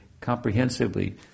comprehensively